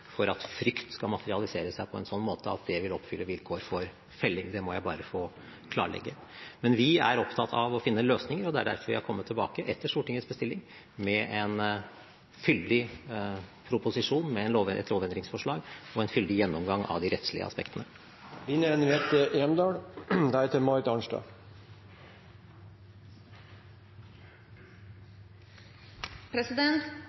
for at frykt skal materialisere seg på en sånn måte at det vil oppfylle vilkår for felling – det må jeg bare få klarlegge. Men vi er opptatt av å finne løsninger, og det er derfor vi har kommet tilbake – etter Stortingets bestilling – med en fyldig proposisjon med et lovendringsforslag og en fyldig gjennomgang av de rettslige aspektene. Line Henriette Hjemdal